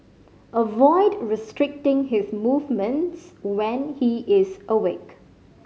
avoid restricting his movements when he is awake